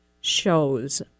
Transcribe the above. shows